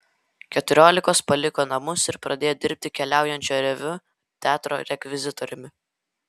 keturiolikos paliko namus ir pradėjo dirbti keliaujančio reviu teatro rekvizitoriumi